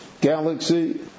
galaxy